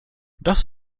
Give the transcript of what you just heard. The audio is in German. das